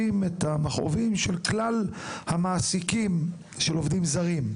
את המכאובים של כלל המעסיקים של עובדים זרים.